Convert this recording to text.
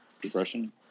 Depression